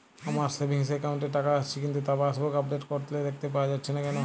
আমার savings account এ টাকা আসছে কিন্তু তা পাসবুক আপডেট করলে দেখতে পাওয়া যাচ্ছে না কেন?